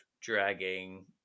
dragging